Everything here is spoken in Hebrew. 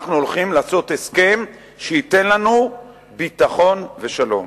אנחנו הולכים לעשות הסכם שייתן לנו ביטחון ושלום.